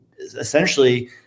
essentially